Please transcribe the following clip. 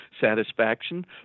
satisfaction